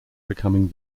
becoming